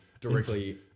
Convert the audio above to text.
directly